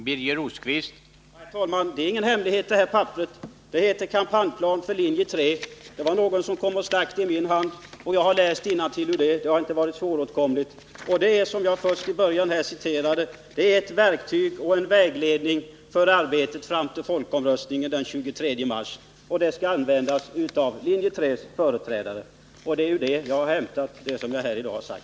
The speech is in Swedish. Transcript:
Herr talman! Det är inte fråga om något hemligt papper. Det heter Kampanjplan för linje 3. Någon stack det i min hand, och jag har läst innantill ur det. Kampanjplanen har inte varit svåråtkomlig. Den skall användas av linje 3:s företrädare som ”ett verktyg och en vägledning för arbetet fram till folkomröstningen”. Det är ur detta material jag har hämtat det jag talat om här i dag.